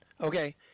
okay